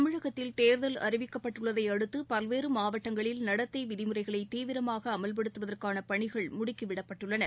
தமிழகத்தில் தேர்தல் அறிவிக்கப்பட்டுள்ளதை அடுத்து பல்வேறு மாவட்டங்களில் நடத்தை விதிமுறைகளை தீவிரமாக அமல்படுத்துவதற்கான பணிகள் முடுக்கிவிடப்பட்டுள்ளன